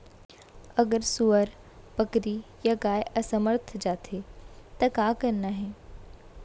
अगर सुअर, बकरी या गाय असमर्थ जाथे ता का करना हे?